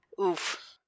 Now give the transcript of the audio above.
oof